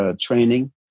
training